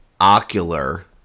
Ocular